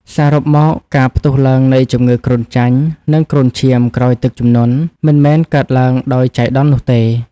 សរុបមក ការផ្ទុះឡើងនៃជំងឺគ្រុនចាញ់ និងគ្រុនឈាមក្រោយទឹកជំនន់ មិនមែនកើតឡើងដោយចៃដន្យនោះទេ